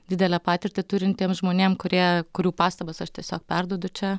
didelę patirtį turintiems žmonėm kurie kurių pastabas aš tiesiog perduodu čia